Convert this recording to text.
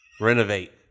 renovate